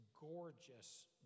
gorgeous